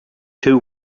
two